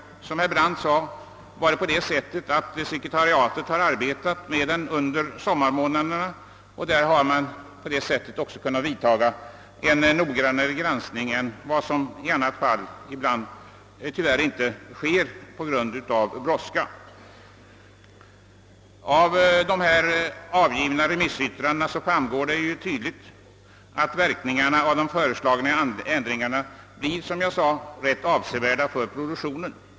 Sekretariatet har arbetat med den under sommarmånaderna, och man har på det sättet också kunnat företaga en mycket noggrann granskning, vilket tyvärr i andra fall på grund av brådska ibland är omöjligt. Av de avgivna remissyttrandena framgår det tydligt att verkningarna av de föreslagna ändringarna blir rätt avsevärda för produktionen.